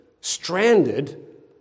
stranded